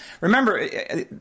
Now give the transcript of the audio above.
Remember